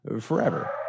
forever